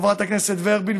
חברת הכנסת ורבין,